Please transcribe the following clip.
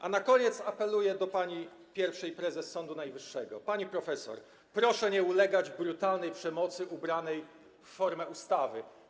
A na koniec apeluję do pani pierwszej prezes Sądu Najwyższego: pani profesor, proszę nie ulegać brutalnej przemocy ubranej w formę ustawy.